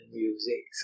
music